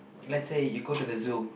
let's say you go to the zoo